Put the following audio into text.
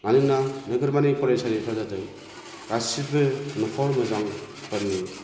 मानोना नोगोरमानि फरायसालिफ्रा जादों गासिबो नखर मोजांफोरनि